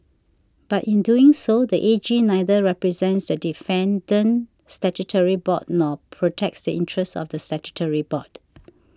but in doing so the A G neither represents the defendant statutory board nor protects the interests of the statutory board